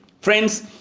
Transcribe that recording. Friends